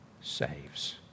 saves